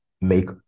make